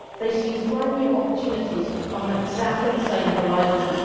they see brand new opportunities on exactly the same horizon.